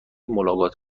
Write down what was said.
ملاقات